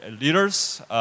leaders